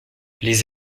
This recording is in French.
les